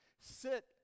sit